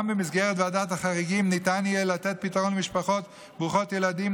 גם במסגרת ועדת החריגים ניתן יהיה לתת פתרון למשפחות ברוכות ילדים,